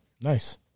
Nice